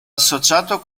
associato